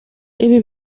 ibi